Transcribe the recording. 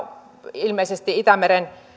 ilmeisesti itämeren